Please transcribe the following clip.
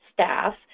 staff